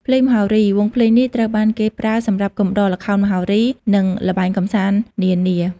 ភ្លេងមហោរី វង់ភ្លេងនេះត្រូវបានគេប្រើសម្រាប់កំដរល្ខោនមហោរីនិងល្បែងកំសាន្តនានា។